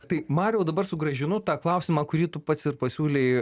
tai mariau dabar sugrąžinu tą klausimą kurį tu pats ir pasiūlei